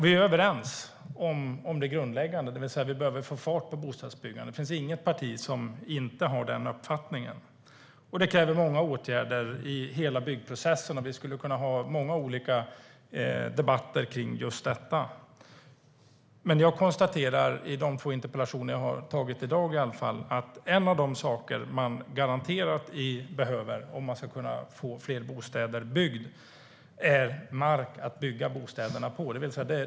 Vi är överens om det grundläggande, det vill säga att det behöver bli fart på bostadsbyggandet. Det finns inget parti som inte har den uppfattningen. Det kräver många åtgärder i hela byggprocessen. Vi skulle kunna ha många olika debatter om detta. Jag konstaterar att det har framgått i de två interpellationer jag har haft i dag att en av de saker som garanterat behövs för att bygga fler bostäder är mark att bygga bostäderna på.